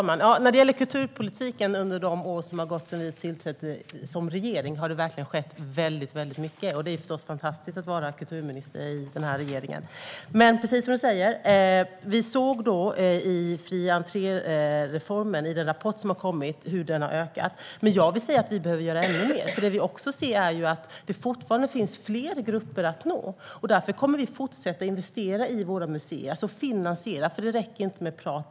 Herr talman! När det gäller kulturpolitiken under de år som har gått sedan vi tillträdde som regering har det verkligen skett väldigt mycket. Det är förstås fantastiskt att vara kulturminister i denna regering. Det är precis som du säger. Vi såg i den rapport som har kommit att besöken har ökat i och med fri entré-reformen. Men jag vill säga att vi behöver göra ännu mer, för det vi också ser är att det fortfarande finns fler grupper att nå. Därför kommer vi att fortsätta investera i våra museer, alltså finansiera. Det räcker inte med prat.